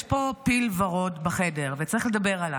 יש פה פיל ורוד בחדר וצריך לדבר עליו.